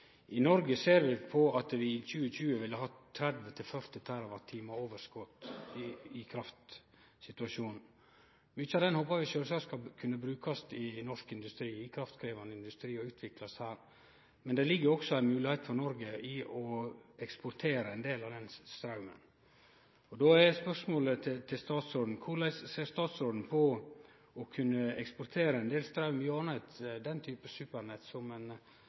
I Noreg ser vi på at vi i 2020 ville hatt 30–40 TWh overskot i kraftsituasjonen. Mykje av dette håpar vi sjølvsagt skal kunne brukast i norsk kraftkrevjande industri og utviklast her, men det ligg òg ei moglegheit for Noreg i å eksportere ein del av den straumen. Då er spørsmålet til statsråden: Korleis ser statsråden på å kunne eksportere ein del straum gjennom den type supernett som ein